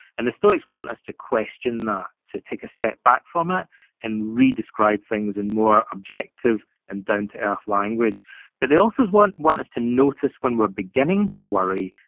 and the stoics want us to question that, to take a step back from it and re-describe things in more objective and down to earth language but they also want want us to notice when we're beginning to worry,